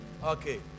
Okay